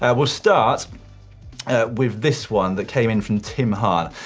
and we'll start with this one that came in from tim hahn.